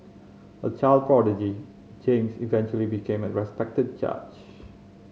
a child prodigy James eventually became a respected judge